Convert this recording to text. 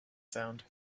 sound